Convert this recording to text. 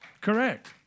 Correct